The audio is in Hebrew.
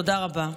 תודה רבה.